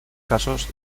casos